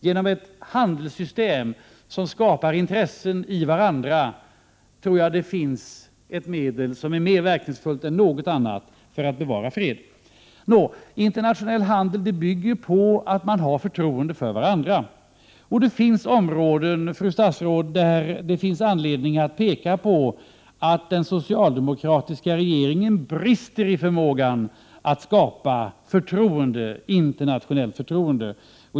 Genom ett handelssystem som skapar intresse för varandra tror jag det finns ett medel som är mer verkningsfullt än något annat för att bevara freden. Internationell handel bygger på att man har förtroende för varandra, och det finns områden, fru statsråd, där man har anledning att påpeka att den socialdemokratiska regeringen brister i förmåga att skapa internationellt förtroende.